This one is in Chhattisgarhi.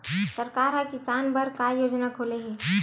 सरकार ह किसान बर का योजना खोले हे?